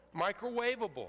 microwavable